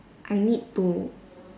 I need to